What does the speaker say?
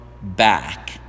back